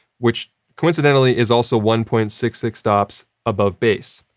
which coincidentally is also one point six six stops above base.